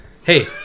Hey